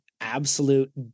absolute